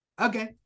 Okay